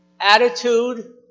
Attitude